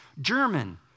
German